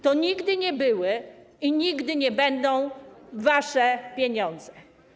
To nigdy nie były i nigdy nie będą wasze pieniądze.